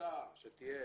ההחלטה שתהיה